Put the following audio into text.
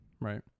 right